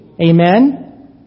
Amen